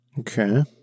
okay